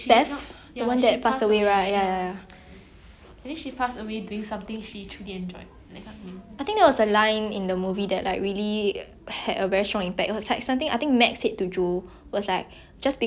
yeah